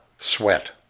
sweat